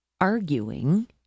arguing